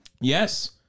yes